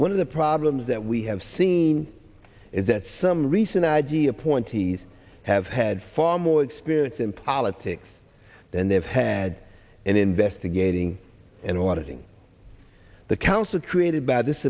one of the problems that we have seen is that some recent idea appointees have had far more experience in politics than they have had in investigating and ordering the council created by this